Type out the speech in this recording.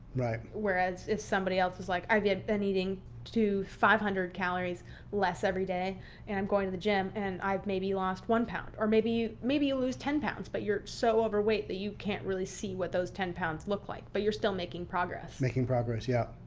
right. whereas if somebody else was like, i've had been eating to five hundred calories less every day and i'm going to the gym and i've maybe lost one pound. or maybe you maybe you lose ten pounds, but you're so overweight that you can't really see what those ten pounds look like. but you're still making progress. making progress, yeah.